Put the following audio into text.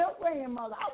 grandmother